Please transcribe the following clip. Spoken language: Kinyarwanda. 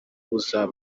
buza